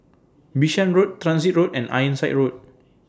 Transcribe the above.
Bishan Road Transit Road and Ironside Road